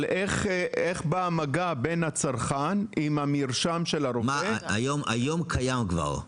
אבל איך בא המגע בין הצרכן עם המרשם של הרופא -- היום קיים כבר.